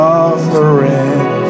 offering